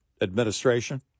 administration